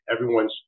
everyone's